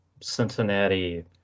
Cincinnati